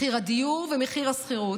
מחיר הדיור ומחיר השכירות,